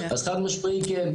אז חד משמעית כן.